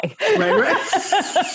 right